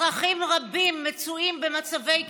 אזרחים רבים מצויים במצבי קיצון.